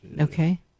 Okay